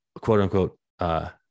quote-unquote